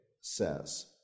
says